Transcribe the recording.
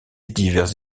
divers